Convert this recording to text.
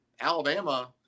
Alabama